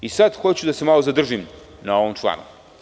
Sad hoću da se malo zadržim na ovom članu.